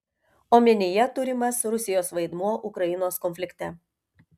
omenyje turimas rusijos vaidmuo ukrainos konflikte